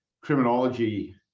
criminology